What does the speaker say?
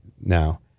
Now